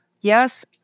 yes